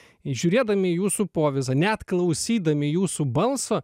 į žiūrėdami į jūsų povyzą net klausydami jūsų balso